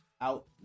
out